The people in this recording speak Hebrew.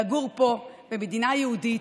לגור פה במדינה יהודית.